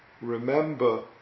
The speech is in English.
remember